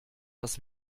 das